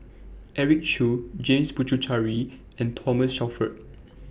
Eric Khoo James Puthucheary and Thomas Shelford